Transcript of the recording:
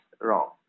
wrong